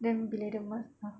then bila dia